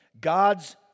God's